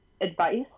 advice